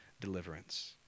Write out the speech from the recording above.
deliverance